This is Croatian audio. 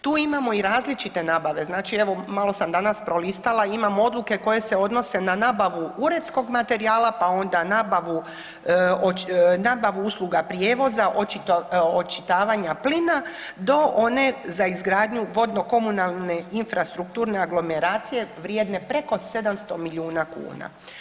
Tu imamo i različite nabave, znači evo malo sam danas prolistala imamo odluke koje se odnose na nabavu uredskog materijala, pa onda nabavu usluga prijevoza, očitavanja plina do one za izgradnju vodno-komunalne infrastrukturne aglomeracije vrijedne preko 700 milijuna kuna.